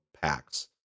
packs